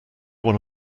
one